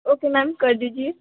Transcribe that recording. okay ma'am कर दीजिए